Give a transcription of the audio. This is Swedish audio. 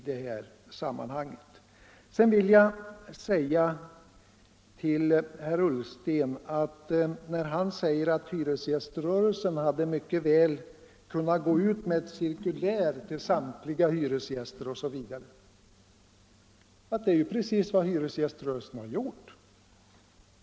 Herr Ullsten sade att hyresgäströrelsen mycket väl hade kunnat gå ut med ett cirkulär till samtliga hyresgäster. Det är precis vad hyresgäströrelsen gjort!